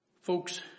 Folks